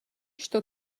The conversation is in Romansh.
sto